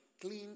clean